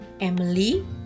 Emily